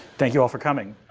thank you all for coming.